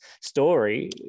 story